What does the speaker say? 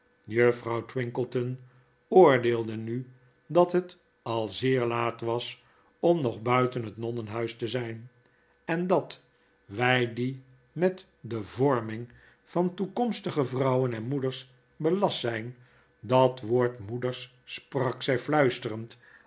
juffrouw twinkleton oordeelde nu dat het al zeer laat was om nog buiten het nonnenhuis te zijn en dat wij die met de vorming van toekomstige vrouwen en moeders belast zyn dat woord moeders sprak zij fluisterend